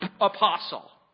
apostle